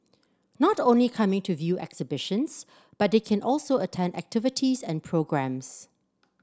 not only coming to view exhibitions but they can also attend activities and programmes